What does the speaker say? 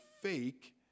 fake